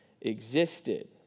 existed